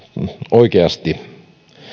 oikeasti